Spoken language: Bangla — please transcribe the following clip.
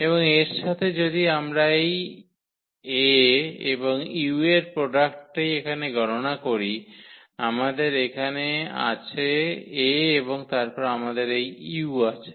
এবং এর সাথে যদি আমরা এই A এবং u এর প্রোডাক্টা টি এখানে গণনা করি আমাদের এখানে আছে 𝐴 এবং তারপরে আমাদের এই u আছে